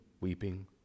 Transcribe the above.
weeping